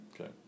Okay